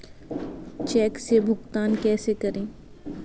Check से भुगतान कैसे करें?